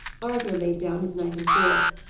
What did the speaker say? arthur laid down his knife and fork.